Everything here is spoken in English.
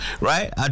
right